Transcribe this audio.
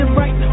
right